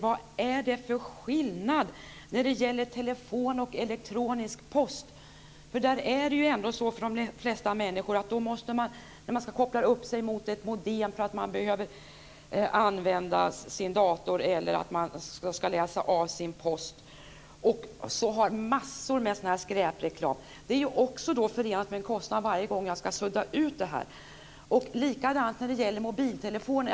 Vad är det för skillnad mellan telefon och elektronisk post? För de flesta människor är det ju ändå så att när man kopplar upp sig mot ett modem för att man behöver använda sin dator eller ska läsa av sin post har man massor av sådan här skräpreklam. Det är ju också förenat med kostnad varje gång jag ska sudda ut det här. Likadant är det när det gäller mobiltelefoner.